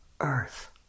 Earth